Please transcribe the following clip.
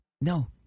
no